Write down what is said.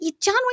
John